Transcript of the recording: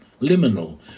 liminal